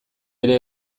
ere